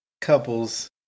couples